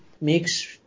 makes